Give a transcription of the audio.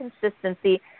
consistency